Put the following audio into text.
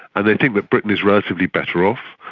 and they think that britain is relatively better off,